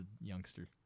youngster